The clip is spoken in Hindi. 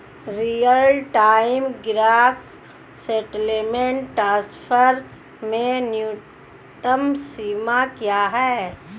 Real time gross settlement transfer में न्यूनतम सीमा क्या है?